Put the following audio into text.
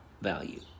value